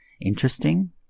interesting